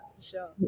sure